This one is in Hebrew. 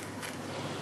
להוסיף עוד?